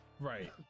right